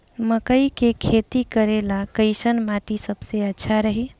मकई के खेती करेला कैसन माटी सबसे अच्छा रही?